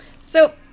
so-